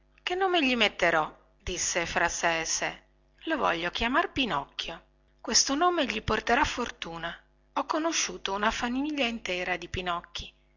che nome gli metterò disse fra sé e sé lo voglio chiamar pinocchio questo nome gli porterà fortuna ho conosciuto una famiglia intera di pinocchi